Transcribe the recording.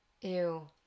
Ew